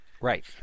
Right